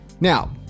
Now